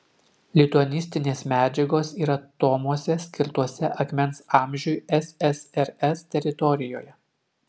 lituanistinės medžiagos yra tomuose skirtuose akmens amžiui ssrs teritorijoje